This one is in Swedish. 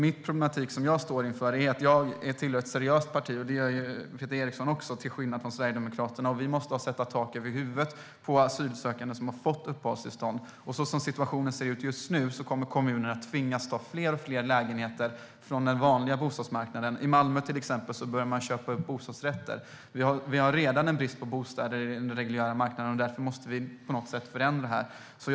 Den problematik jag står inför är att jag, liksom Peter Eriksson, tillhör ett seriöst parti, till skillnad från Sverigedemokraterna. Vi måste ge tak över huvudet åt asylsökande som har fått uppehållstillstånd. Som situationen ser ut just nu kommer kommunerna att tvingas ta fler och fler lägenheter från den vanliga bostadsmarknaden. I Malmö börjar man till exempel att köpa upp bostadsrätter. Vi har redan brist på bostäder på den reguljära marknaden, och därför måste vi på något sätt förändra detta.